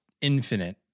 infinite